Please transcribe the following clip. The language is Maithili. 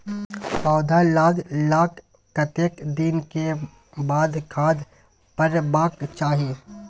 पौधा लागलाक कतेक दिन के बाद खाद परबाक चाही?